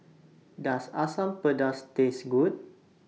Does Asam Pedas Taste Good